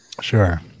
Sure